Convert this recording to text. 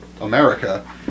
America